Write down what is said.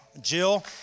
Jill